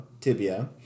tibia